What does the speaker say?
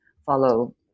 follow